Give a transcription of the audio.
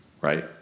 right